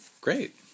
great